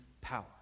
power